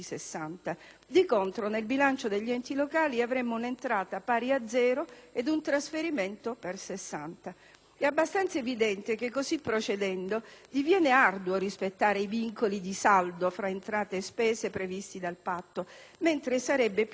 di contro, nel bilancio degli enti locali avremmo un'entrata pari a zero e un trasferimento per 60. È abbastanza evidente che così procedendo diviene arduo rispettare i vincoli di saldo fra entrate e spese previsti dal Patto, mentre sarebbe più corretta